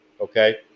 okay